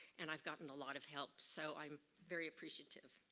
and i've gotten a lot of help. so, i'm very appreciative.